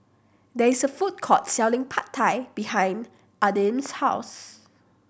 there is a food court selling Pad Thai behind Adin's house